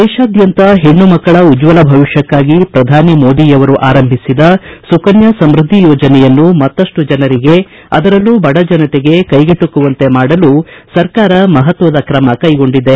ದೇಶಾದ್ಯಂತ ಹೆಣ್ಣು ಮಕ್ಕಳ ಉಜ್ವಲ ಭವಿಷ್ಕಕ್ಕಾಗಿ ಶ್ರಧಾನಿ ಮೋದಿ ಅವರು ಆರಂಭಿಸಿದ ಸುಕನ್ಕಾ ಸಮೃದ್ದಿ ಯೋಜನೆಯನ್ನು ಮತ್ತಷ್ಟು ಜನರಿಗೆ ಅದರಲ್ಲೂ ಬಡಜನತೆಗೆ ಕೈಗೆಬುಕುವಂತೆ ಮಾಡಲು ಸರಕಾರ ಮಪತ್ವದ ಕ್ರಮ ಕೈಗೊಂಡಿದೆ